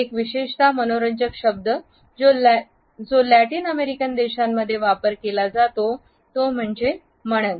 एक विशेषतः मनोरंजक शब्द जो लॅटिन अमेरिकन देशांमध्ये वापर केला जातो तो म्हणजे मनन